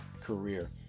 career